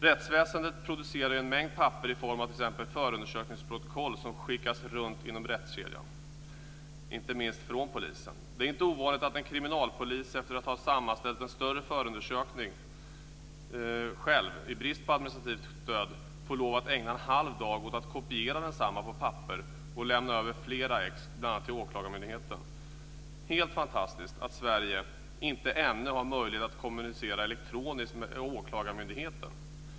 Rättsväsendet producerar en mängd papper i form av t.ex. förundersökningsprotokoll, som skickas runt inom rättskedjan, inte minst från polisen. Det är inte ovanligt att en kriminalpolis efter att ha sammanställt en större förundersökning själv i brist på administrativt stöd får lov att ägna en halv dag åt att kopiera densamma på papper och lämna över flera exemplar, bl.a. till åklagarmyndigheten. Det är helt fantastiskt att Sverige inte ännu har möjlighet att kommunicera elektroniskt med åklagarmyndigheten.